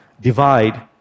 divide